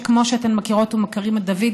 שכמו שאתן מכירות ומכירים את דוד,